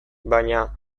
baina